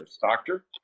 Doctor